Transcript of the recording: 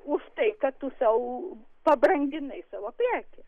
už tai kad tu sau pabranginai savo prekę